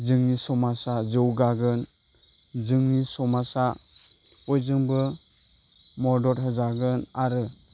जोंनि समाजा जौगागोन जोंनि समाजा बयजोंबो मदद होजागोन आरो